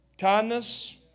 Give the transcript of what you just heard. kindness